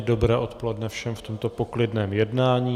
Dobré odpoledne všem v tomto poklidném jednání.